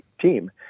team